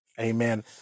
amen